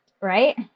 right